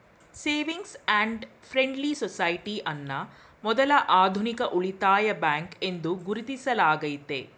savings and friendly society ಅನ್ನ ಮೊದ್ಲ ಆಧುನಿಕ ಉಳಿತಾಯ ಬ್ಯಾಂಕ್ ಎಂದು ಗುರುತಿಸಲಾಗೈತೆ